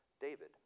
David